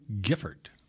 Gifford